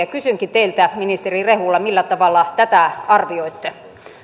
kysynkin teiltä ministeri rehula millä tavalla tätä arvioitte